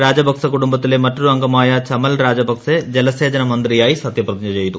രാജപക്സെ കുടുംബത്തിലെ മറ്റൊരു അംഗമായ ചമൽ രാജപക്സെ ജലസേചന മന്ത്രിയായി സത്യപ്രതിജ്ഞ ചെയ്തു